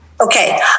Okay